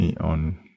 on